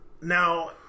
Now